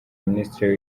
minisitiri